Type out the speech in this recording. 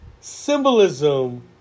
symbolism